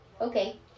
Okay